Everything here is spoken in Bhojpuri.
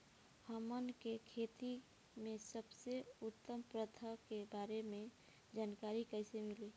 हमन के खेती में सबसे उत्तम प्रथा के बारे में जानकारी कैसे मिली?